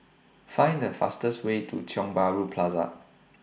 Find The fastest Way to Tiong Bahru Plaza